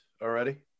already